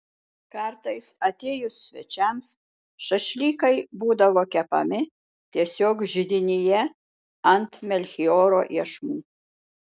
kartais atėjus svečiams šašlykai būdavo kepami tiesiog židinyje ant melchioro iešmų